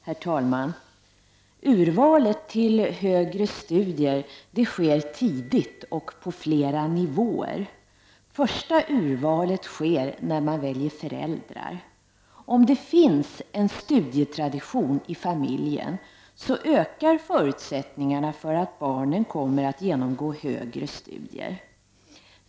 Herr talman! Urvalet till högre studier sker tidigt och på flera nivåer. Det första urvalet sker när man väljer föräldrar. Om det finns en studietradition i familjen ökar förutsättningarna för att barnen kommer att genomgå högre studier.